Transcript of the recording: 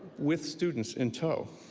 with students in tow.